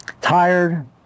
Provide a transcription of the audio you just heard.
tired